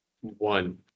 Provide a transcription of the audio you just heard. one